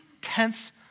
tense